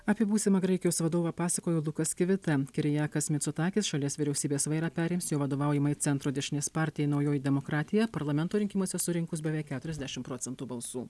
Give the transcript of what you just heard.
apie būsimą graikijos vadovą pasakojo lukas kivita kirijakas micotakis šalies vyriausybės vairą perims jo vadovaujamai centro dešinės partijai naujoji demokratija parlamento rinkimuose surinkus beveik keturiasdešim procentų balsų